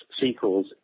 sequels